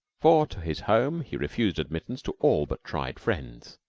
for to his home he refused admittance to all but tried friends.